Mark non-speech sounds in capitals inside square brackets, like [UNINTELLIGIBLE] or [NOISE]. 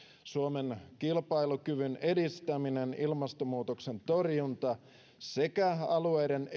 suomen kilpailukyvyn edistäminen ilmastonmuutoksen torjunta sekä alueiden [UNINTELLIGIBLE]